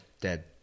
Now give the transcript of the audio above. dead